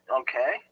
okay